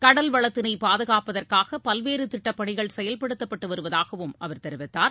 கடல் வளத்தினை பாதுகாப்பதற்காக பல்வேறு திட்டப்பணிகள் செயல்படுத்தப்பட்டு வருவதாகவும் அவர் தெரிவித்தார்